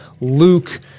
Luke